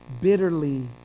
bitterly